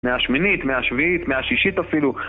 מהשמינית, מהשביעית, מהשישית אפילו